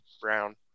Brown